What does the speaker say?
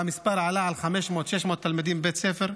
והמספר עלה על 500 600 תלמידים בבית ספר.